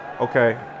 Okay